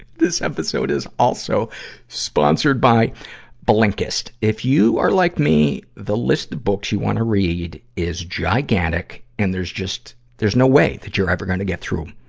this episode is also sponsored by blinkist. if you are like me, the list of books you wanna read is gigantic, and there's just, there's no way that you're ever gonna get through em.